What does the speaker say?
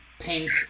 pink